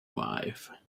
wife